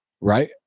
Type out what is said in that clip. right